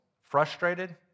frustrated